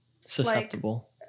susceptible